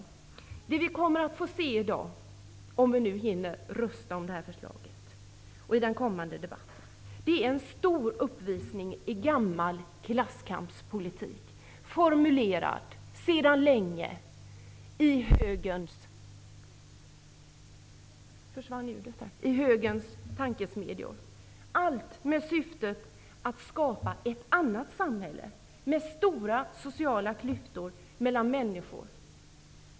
I den kommande debatten och i det beslut vi så småningom skall fatta kommer vi att få se en stor uppvisning i gammal klasskampspolitik sedan länge formulerad i högerns tankesmedjor. Syftet är att skapa ett annat samhälle med stora sociala klyftor mellan människor.